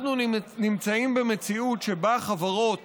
אנחנו נמצאים במציאות שבה חברות